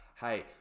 hey